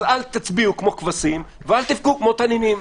אז אל תצביעו כמו כבשים, ואל תבכו כמו תנינים.